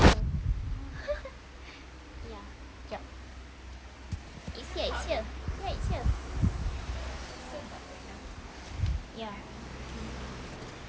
ya jap it's here it's here ya it's here ya